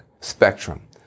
spectrum